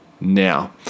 now